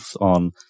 on